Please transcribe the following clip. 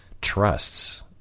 trusts